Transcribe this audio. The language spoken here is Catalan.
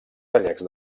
gallecs